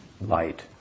light